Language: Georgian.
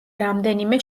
რამდენიმე